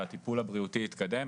והטיפול הבריאותי יתקדם,